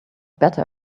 better